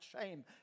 shame